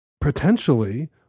potentially